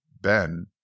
Ben